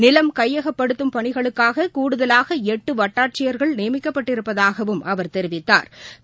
நிலம் கையகப்படுத்தும் பணிகளுக்காககூடுதவாளட்டுவட்டாட்சியர்கள் நியமிக்கப்பட்டிருப்பதாகவும் அவா் தெரிவித்தாா்